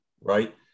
right